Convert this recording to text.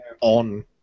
On